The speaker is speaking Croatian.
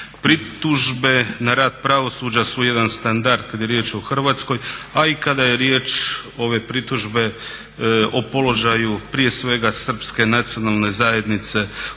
Pritužbe na rad pravosuđa su jedan standard kad je riječ o Hrvatskoj, a i kada je riječ ove pritužbe o položaju prije svega srpske nacionalne zajednice u Hrvatskoj.